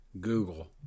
Google